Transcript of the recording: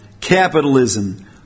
capitalism